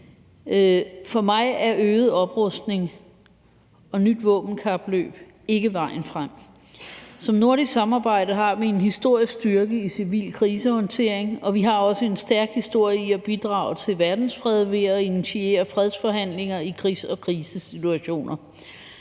For mig er øget oprustning og et nyt våbenkapløb ikke vejen frem. Som nordisk samarbejde har vi en historisk styrke i civil krisehåndtering, og vi har også en stærk historie i at bidrage til verdensfreden ved at initiere fredsforhandlinger i krigs- og krisesituationer.